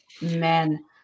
men